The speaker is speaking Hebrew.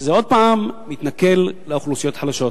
שזה עוד פעם להתנכל לאוכלוסיות חלשות,